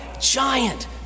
giant